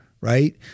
right